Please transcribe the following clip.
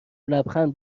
لبخند